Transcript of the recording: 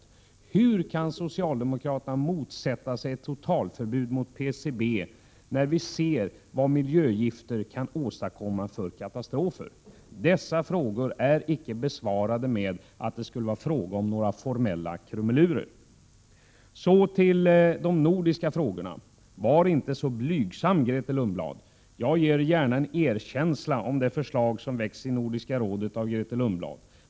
6 juni 1988 Hur kan socialdemokraterna motsätta sig ett totalförbud mot PCB, när vi ser vad miljögifter kan åstadkomma för katastrofer? Dessa frågor är icke besvarade med att det skulle vara fråga om några formella krumelurer. Så till de nordiska frågorna. Var inte så blygsam, Grethe Lundblad! Jag ger gärna en eloge för det förslag som Grethe Lundblad har väckt i Nordiska rådet.